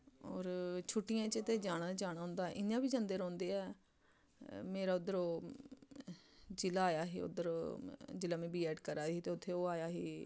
होर छुट्टियें च ते जाना गै जाना होंदा ऐ इ'यां बी जंदे रौंह्दे ऐ मेरा उद्धर ओह् जि'ला आया ही उद्धर जिल्लै में बी ऐड्ड करा दी ही ते उत्थै ओह् आया ही